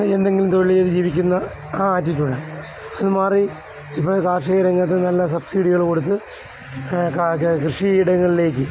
എന്തെങ്കിലും തൊഴിൽ ചെയ്ത് ജീവിക്കുന്ന ആ ആറ്റിറ്റ്യൂഡ് ആണ് അത് മാറി ഇപ്പം കാർഷിക രംഗത്ത് നല്ല സബ്സിടികൾ കൊടുത്ത് കൃഷിയിടങ്ങളിലേക്ക്